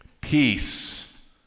peace